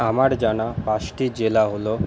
আমার জানা পাঁচটি জেলা হল